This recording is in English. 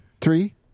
Three